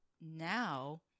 now